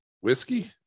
whiskey